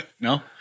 No